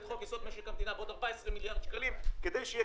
חוק-יסוד: משק המדינה בעוד 14 מיליארד שקלים כדי שיהיה